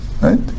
Right